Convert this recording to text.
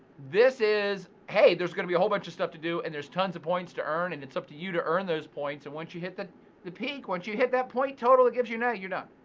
this is hey, there's gonna be a whole bunch of stuff to do and there's tons of points to earn, and it's up to you to earn those points. and once you hit the peak, once you hit that point total, it gives you know you're done,